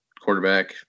quarterback